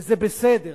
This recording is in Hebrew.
וזה בסדר,